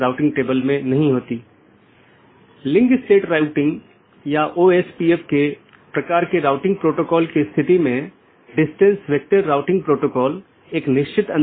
अब ऑटॉनमस सिस्टमों के बीच के लिए हमारे पास EBGP नामक प्रोटोकॉल है या ऑटॉनमस सिस्टमों के अन्दर के लिए हमारे पास IBGP प्रोटोकॉल है अब हम कुछ घटकों को देखें